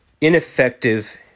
ineffective